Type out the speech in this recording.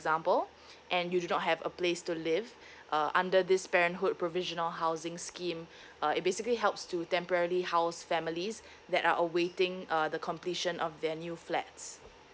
example and you do not have a place to live uh under this parenthood provisional housing scheme uh it basically helps to temporarily house families that are awaiting uh the completion of their new flats